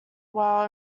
while